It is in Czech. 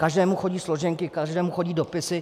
Každému chodí složenky, každému chodí dopisy.